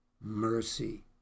mercy